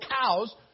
cows